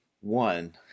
one